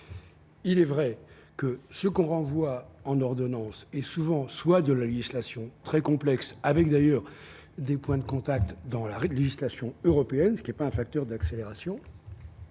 Il est vrai que ce qu'on renvoie en ordonnance et souvent soit de la législation très complexe, avec d'ailleurs des points de contact dans l'arrêt de législation européenne, ce qui est pas un facteur d'accélération.